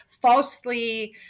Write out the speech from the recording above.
falsely